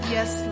Yes